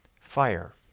fire